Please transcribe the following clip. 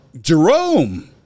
Jerome